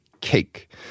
cake